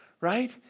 right